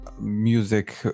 music